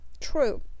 true